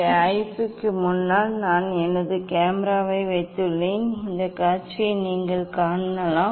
இங்கே ஐபிக்கு முன்னால் நான் எனது கேமராவை வைத்துள்ளேன் இந்த காட்சியை நீங்கள் காணலாம்